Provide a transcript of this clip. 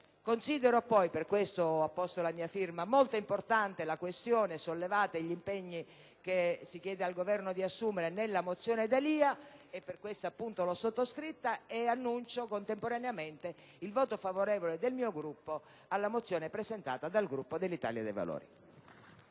Considero poi - e per questo vi ho apposto la mia firma - molto importanti le questioni sollevate e gli impegni che si chiede al Governo di assumere nella mozione di cui è primo firmatario il senatore D'Alia, ed annunzio contemporaneamente il voto favorevole del mio Gruppo alla mozione presentata dal Gruppo dell'Italia dei Valori.